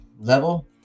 level